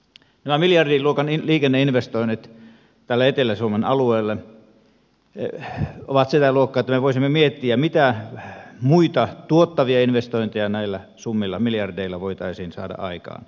nämä miljardiluokan liikenneinvestoinnit tänne etelä suomen alueelle ovat sitä luokkaa että me voisimme miettiä mitä muita tuottavia investointeja näillä miljardeilla voitaisiin saada aikaan